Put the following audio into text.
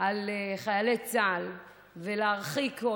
על חיילי צה"ל ולהרחיק,